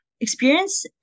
experience